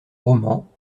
romans